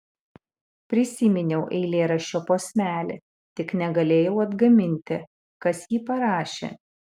prisiminiau eilėraščio posmelį tik negalėjau atgaminti kas jį parašė